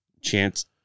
Chance